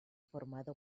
formado